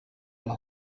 alla